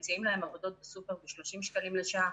מציעים להם עבודות בסופר ב-30 שקלים לשעה.